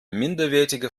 minderwertige